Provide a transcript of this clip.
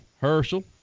Herschel